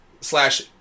slash